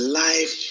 life